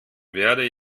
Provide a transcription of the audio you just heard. werde